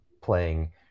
playing